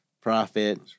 profit